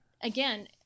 again